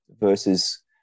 versus